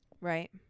Right